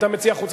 אתה מציע חוץ,